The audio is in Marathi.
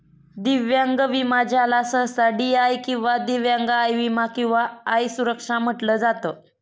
दिव्यांग विमा ज्याला सहसा डी.आय किंवा दिव्यांग आय विमा किंवा आय सुरक्षा म्हटलं जात